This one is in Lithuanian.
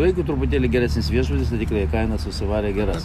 jeigu truputėlį geresnis viešbutis tai tikrai jie kainas užsivarę geras